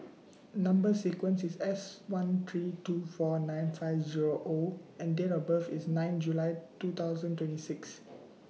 Number sequence IS S one three two four nine five Zero O and Date of birth IS nine July two thousand twenty six